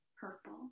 purple